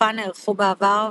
בתרופה נערכו בעבר,